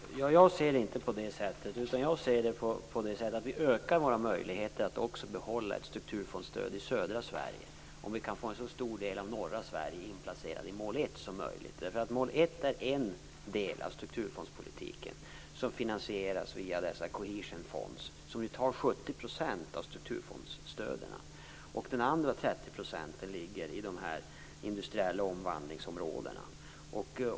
Herr talman! Jag ser det inte på det sättet. Som jag ser det ökar våra möjligheter att också behålla ett strukturfondsstöd i södra Sverige om vi kan få en så stor del som möjligt av norra Sverige inplacerad i mål 1. Mål 1 är en del av strukturfondspolitiken som finansieras via dessa cohesionfunds som tar 70 % av strukturfondsstöden. De andra 30 procenten ligger i de industriella omvandlingsområdena.